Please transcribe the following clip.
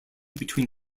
between